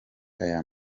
aya